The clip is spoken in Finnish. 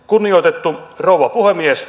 kunnioitettu rouva puhemies